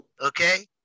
Okay